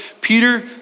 Peter